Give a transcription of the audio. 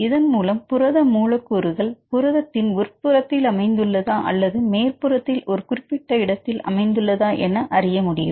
இதன்மூலம் புரத மூலக்கூறுகள் புரதத்தின் உட்புறத்தில் அமைந்துள்ளதா அல்லது மேற்புறத்தில் ஒரு குறிப்பிட்ட இடத்தில் அமைந்துள்ளதா என அறிய முடியும்